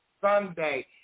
Sunday